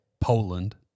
Poland